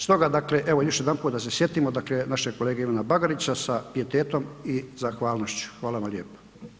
Stoga dakle evo još jedanput da sjetimo našeg kolege Ivana Bagarića sa pijetetom i zahvalnošću, hvala vam lijepo.